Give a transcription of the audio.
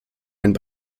einen